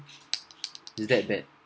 it's that bad